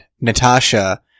Natasha